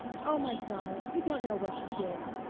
oh, my darling, you don't know what you did!